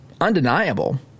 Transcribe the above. undeniable